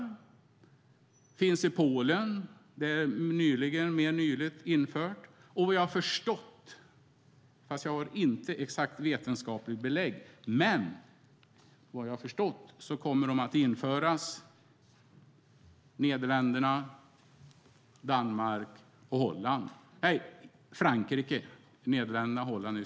De finns i Polen. Där infördes de mer nyligen. Jag har förstått - fast jag har inte exakt vetenskapligt belägg - att de kommer att införas i Nederländerna, Danmark och Frankrike.